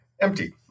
empty